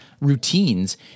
routines